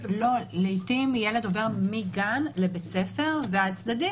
לעיתים ילד עובר מגן לבית ספר והצדדים